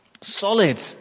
Solid